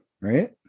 right